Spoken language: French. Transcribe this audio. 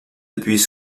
depuis